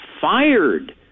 fired